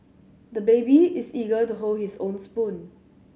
the baby is eager to hold his own spoon